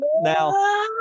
now